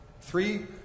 Three